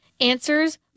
answers